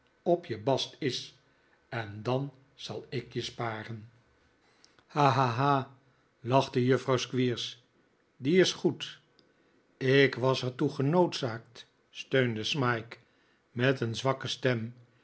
op je bast is en dan zal ik je sparen nikolaas grijpt in rr ha ha ha lachte juffrouw squeers die is goed ik was er toe genoodzaakt steunde smike met een zwakke stem